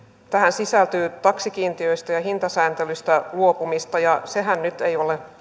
sisältyy taksikiintiöistä ja hintasääntelystä luopumista ja sehän nyt ei ole